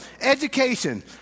education